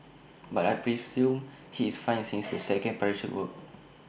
but I presume he is fine since the second parachute worked